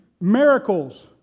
miracles